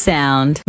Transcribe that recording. Sound